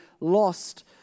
lost